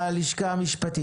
המשפטית.